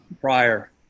prior